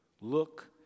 Look